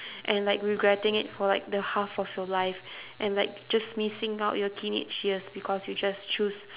and like regretting it for like the half of your life and like just missing out your teenage years because you just choose